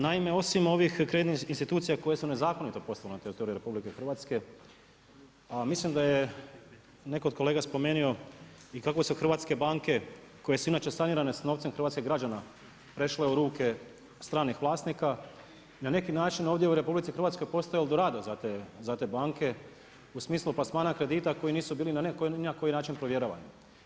Naime, osim ovih kreditnih institucija koje su nezakonito poslovale na teritoriju RH, a mislim da je netko od kolega spomenuo i kako su hrvatske banke koje su inače sanirane s novcem hrvatskih građana, prešle u ruke stranih vlasnika, na neki način ovdje u RH postaje El Dorado za te banke u smislu plasmana kredita koji nisu bili ni na koji način provjeravani.